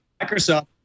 Microsoft